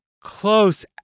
close